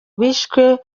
bishwe